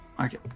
Okay